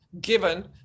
given